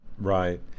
Right